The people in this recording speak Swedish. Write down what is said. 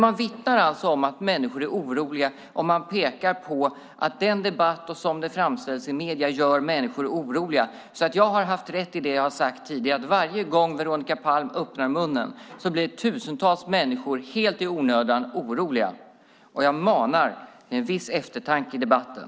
Man vittnar alltså om att människor är oroliga, och man pekar på att debatten sådan den framställs i medierna gör människor oroliga. Jag har haft rätt i det jag har sagt tidigare. Varje gång Veronica Palm öppnar munnen blir tusentals människor oroliga helt i onödan. Jag manar till en viss eftertanke i debatten.